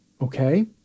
Okay